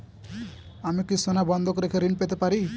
আমি কি সোনা বন্ধক রেখে ঋণ পেতে পারি?